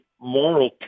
moral